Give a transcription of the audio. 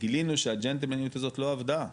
גילינו שהג'נטלמניות הזאת לא עבדה,